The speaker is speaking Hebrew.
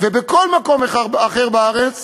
ובכל מקום אחר בארץ